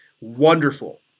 Wonderful